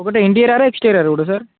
ఒకటి ఇంటీరియర్రా ఎక్స్టిరియర్ కూడా సార్